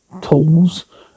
tools